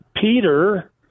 Peter